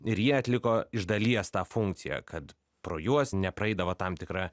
ir jie atliko iš dalies tą funkciją kad pro juos nepraeidavo tam tikra